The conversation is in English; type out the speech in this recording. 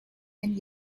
and